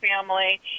family